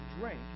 drink